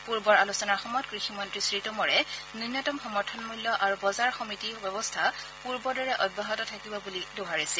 পূৰ্বৰ আলোচনাৰ সময়ত কৃষিমন্ত্ৰী শ্ৰীটোমৰে ন্যনতম সমৰ্থন মূল্য আৰু বজাৰ সমিতি ব্যৱস্থা পুৰ্বৰ দৰে অব্যাহত থাকিব বুলি দোহাৰিছিল